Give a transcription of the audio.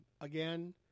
again